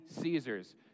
Caesars